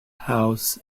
house